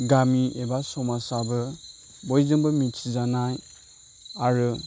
गामि एबा समाजाबो बयजोंबो मिथिजानाय आरो